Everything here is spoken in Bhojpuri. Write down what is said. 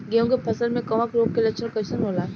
गेहूं के फसल में कवक रोग के लक्षण कइसन होला?